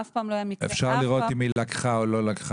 אף פעם לא היה מקרה --- אפשר לראות אם היא לקחה או לא לקחה,